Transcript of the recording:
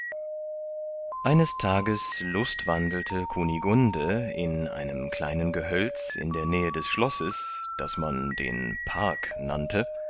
eines tages lustwandelte kunigunde in einem kleinen gehölz in der nähe des schlosses das man den park nannte